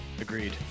Agreed